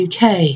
UK